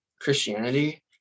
Christianity